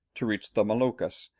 to reach the moluccas,